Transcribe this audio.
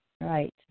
Right